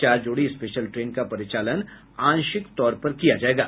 चार जोड़ी special train का परिचालन आंशिक तौर पर होगा